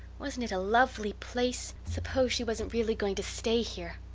wasn't it a lovely place? suppose she wasn't really going to stay here!